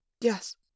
Yes